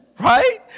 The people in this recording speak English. Right